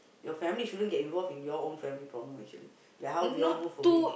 your family shouldn't get involved in your own family problem actually like how we all move away